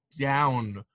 down